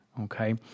okay